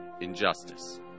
injustice